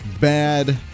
bad